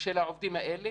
של העובדים האלה